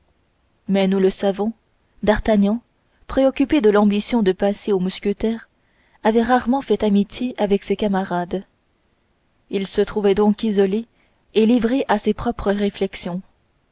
mais nous le savons d'artagnan préoccupé de l'ambition de passer aux mousquetaires avait rarement fait amitié avec ses camarades il se trouvait donc isolé et livré à ses propres réflexions